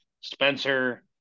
spencer